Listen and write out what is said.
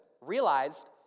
realized